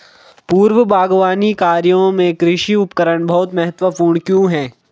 पूर्व बागवानी कार्यों में कृषि उपकरण बहुत महत्वपूर्ण क्यों है?